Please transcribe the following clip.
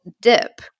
dip